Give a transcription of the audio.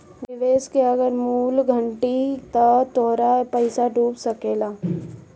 निवेश के अगर मूल्य घटी त तोहार पईसा डूब सकेला